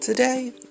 Today